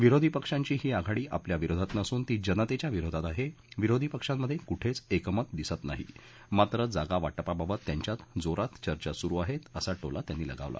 विरोधी पक्षांची ही आघाडी आपल्या विरोधात नसून ती जनतेच्या विरोधात आहे विरोधी पक्षांमध्ये कुठेच एकमत दिसत नाही मात्र जागा वाटपाबाबत त्यांच्यात जोरात चर्चा सुरु आहेत असा टोला त्यांनी लगावला